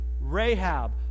Rahab